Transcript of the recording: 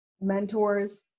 mentors